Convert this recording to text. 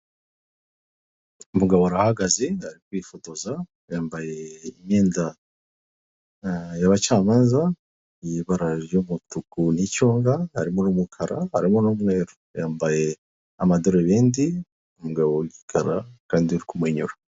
Umugabo arahagaze, ari kwifotoza, yambaye imyenda y'abacamanza, y'ibara ry'umutuku n'icunga, harimo n'umukara, harimo n'umweru, yambaye amadarubindi, umugabo w'igikara kandi uri kumwenyura.